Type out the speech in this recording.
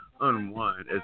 unwind